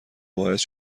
باعث